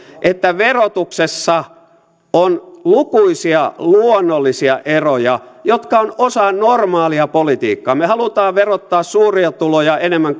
että verotuksessa on lukuisia luonnollisia eroja jotka ovat osa normaalia politiikkaa me haluamme verottaa suuria tuloja enemmän